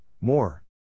more